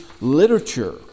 literature